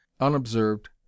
Unobserved